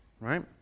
Right